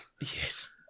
Yes